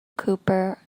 cooper